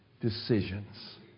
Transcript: decisions